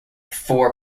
four